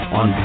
on